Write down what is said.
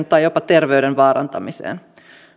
tai jopa terveyden vaarantamiseen